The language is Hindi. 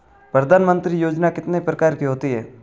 प्रधानमंत्री योजना कितने प्रकार की होती है?